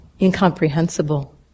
incomprehensible